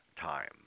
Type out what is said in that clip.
time